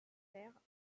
terre